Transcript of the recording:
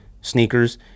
sneakers